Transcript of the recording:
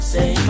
Say